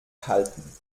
halten